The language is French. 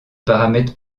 paramètre